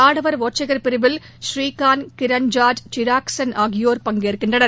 ஆடவர் ஒற்றையர் பிரிவில் ஸ்ரீகாந்த் கிரண் ஜார்ஜ் சிராக்சென் ஆகியோர் பங்கேற்கின்றனர்